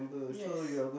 yes